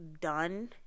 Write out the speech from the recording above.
done